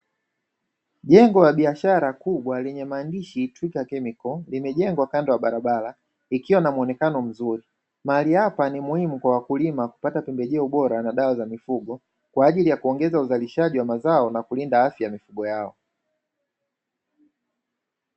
Jengo la biashara kubwa lenye maandishi "TWIGA CHEMICAL" limejengwa kando ya barabara likiwa na muonekano mzuri. Mahali hapa ni muhimu kwa wakulima kupata pembejeo bora na dawa za mifugo, kwa ajili ya kuongeza uzalishaji wa mazao na kulinda afya ya mifugo yao.